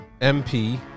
MP